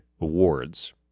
Awards